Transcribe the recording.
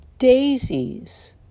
daisies